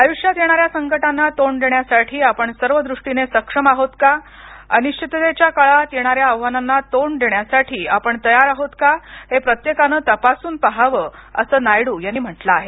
आयुष्यात येणाऱ्या संकटांना तोंड देण्यासाठी आपण सर्व दृष्टीने सक्षम आहोत का अनिश्विततेच्या काळात येणाऱ्या आव्हानांना तोंड देण्यासाठी आपण तयार आहोत का हे प्रत्येकाने तपासून पहावं असं नायडू यांनी म्हटलं आहे